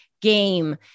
game